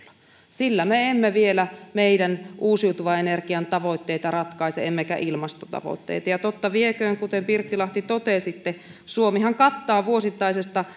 sillä me emme vielä meidän uusiutuvan energian tavoitteitamme ratkaise emmekä ilmastotavoitteita ja totta vieköön kuten pirttilahti totesitte suomihan kattaa vuosittaisesta